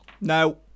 No